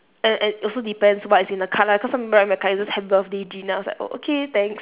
and and also depends what is in the card lah cause some people write in my card it's just happy birthday jean then I was like oh okay thanks